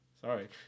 Sorry